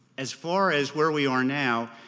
as far as where we are now,